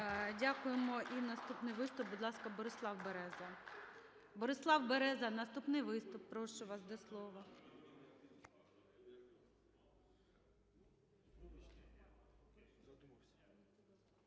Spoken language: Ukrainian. Дякуємо. І наступний виступ, будь ласка, Борислав Береза. Борислав Береза, наступний виступ, прошу вас до слова.